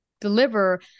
deliver